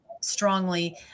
strongly